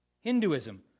Hinduism